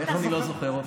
איך אני לא זוכר אותך?